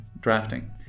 Drafting